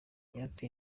yatse